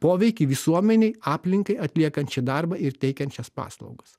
poveikį visuomenei aplinkai atliekant šį darbą ir teikiant šias paslaugas